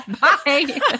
Bye